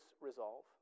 resolve